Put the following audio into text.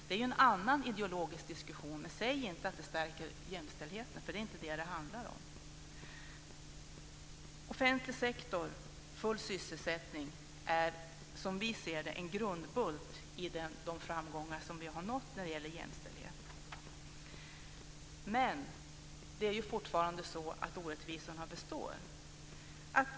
Det är en annan ideologisk diskussion. Säg inte att det stärker jämställdheten, för det är inte vad det handlar om. Offentlig sektor och full sysslesättning är som vi ser det en grundbult i de framgångar vi har nått när det gäller jämställdhet. Men fortfarande består orättvisorna.